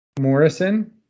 Morrison